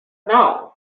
now